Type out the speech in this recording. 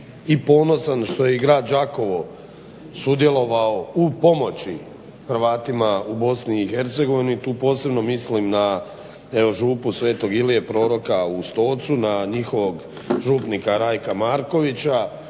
i ponosan što je i grad Đakovo sudjelovao u pomoći Hrvatima u Bosni i Hercegovini. Tu posebno mislim na, evo Župu sv. Ilije proroka u Stocu na njihovog župnika Rajka Markovića